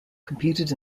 competed